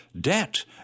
debt